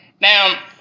Now